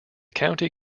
county